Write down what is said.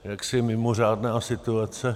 Jaksi mimořádná situace...